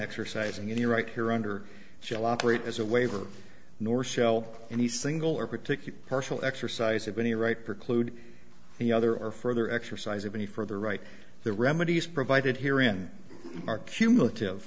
exercising the right here under shall operate as a waiver nor shall any single or particular partial exercise of any right preclude the other or further exercise of any further right the remedies provided here in our cumulative